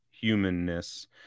humanness